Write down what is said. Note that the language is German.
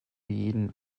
jeden